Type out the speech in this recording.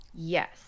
Yes